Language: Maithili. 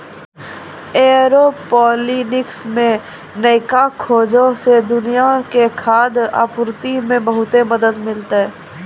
एयरोपोनिक्स मे नयका खोजो से दुनिया के खाद्य आपूर्ति मे बहुते मदत मिलतै